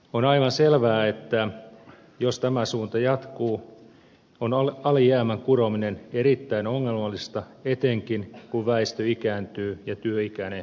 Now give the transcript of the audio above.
on aivan selvää että jos tämä suunta jatkuu on alijäämän kurominen erittäin ongelmallista etenkin kun väestö ikääntyy ja työikäinen väestö supistuu